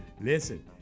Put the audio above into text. listen